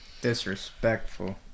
Disrespectful